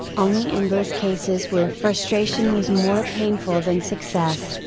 only in those cases where frustration was more painful than success,